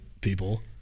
people